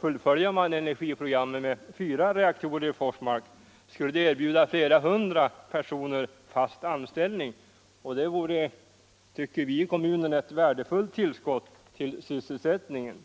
Fullföljer man energiprogrammet med fyra reaktorer i Forsmark skulle det erbjuda flera hundra personer fast anställning, och det vore — tycker vi i kommunen — ett värdefullt ullskott till sysselsättningen.